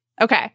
Okay